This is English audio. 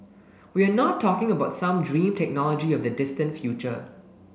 we are not talking about some dream technology of the distant future